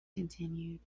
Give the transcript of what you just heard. continued